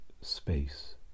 space